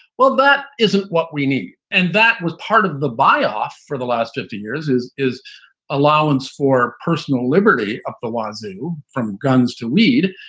well, that isn't what we need. and that was part of the buyoff for the last fifty years, is is allowance for personal liberty up the wazoo from guns to weed.